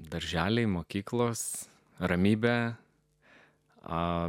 darželiai mokyklos ramybę a